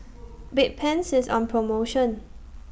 Bedpans IS on promotion